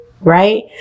right